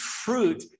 fruit